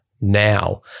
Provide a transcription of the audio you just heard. now